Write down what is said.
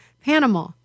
Panama